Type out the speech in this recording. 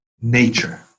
nature